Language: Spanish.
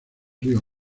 río